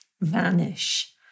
vanish